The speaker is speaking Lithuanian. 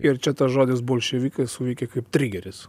ir čia tas žodis bolševikai suveikė kaip trigeris